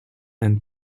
and